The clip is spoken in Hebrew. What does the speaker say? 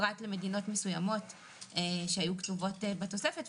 פרט למדינות מסוימות שהיו כתובות בתוספת.